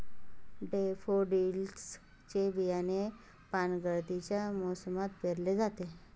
daffodils चे बियाणे पानगळतीच्या मोसमात पेरले जाते